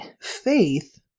faith